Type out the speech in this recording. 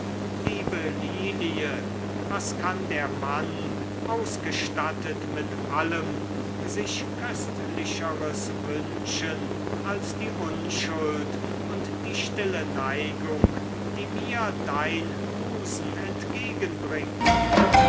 liebe lilie was kann der mann ausgestattet mit allem sich köstlicheres wünschen als die unschuld und die stille neigung die mir dein busen entgegenbringt